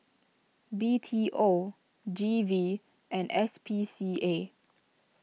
B T O G V and S P C A